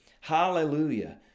hallelujah